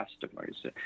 customers